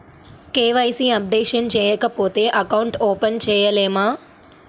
KYC updation చేయకపోతే account open చేయలేమా?